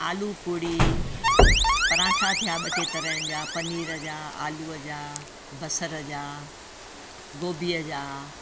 आलू पुड़ी पराठा थिया ॿ टे तरह जा पनीर जा आलूअ जा बसरि जा गोभीअ जा